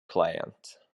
client